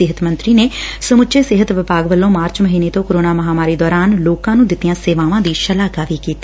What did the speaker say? ਸਿਹਤ ਮੰਤਰੀ ਨੇ ਸਮੁੱਚੇ ਸਿਹਤ ਵਿਭਾਗ ਵੱਲੋ ਮਾਰਚ ਮਹੀਨੇ ਤੋ ਕੋਰੋਨਾ ਮਹਾਮਾਰੀ ਦੋਰਾਨ ਲੌਕਾ ਨੂੰ ਦਿੱਤੀਆਂ ਸੇਵਾਵਾਂ ਦੀ ਸ਼ਲਾਘਾ ਵੀ ਕੀਤੀ